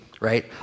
right